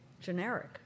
generic